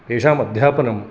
तेषाम् अध्यापनं